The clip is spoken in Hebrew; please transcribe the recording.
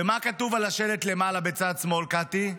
ומה כתוב על השלט למעלה בצד שמאל, קטי?